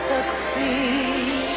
Succeed